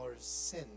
sin